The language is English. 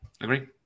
agree